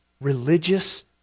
religious